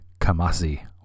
Kamasi